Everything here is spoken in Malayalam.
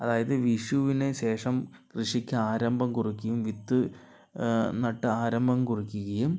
അതായത് വിഷിവിന് ശേഷം കൃഷിക്ക് ആരംഭം കുറിക്കും വിത്ത് നട്ട് ആരംഭം കുറിക്കുകയും